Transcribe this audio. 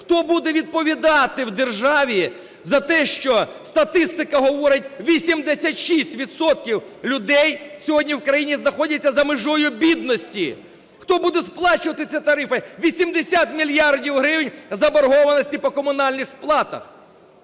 Хто буде відповідати в державі за те, що, статистика говорить, 86 відсотків людей сьогодні в країні знаходяться за межею бідності? Хто буде сплачувати ці тарифи, 80 мільярдів гривень заборгованості по комунальних сплатах?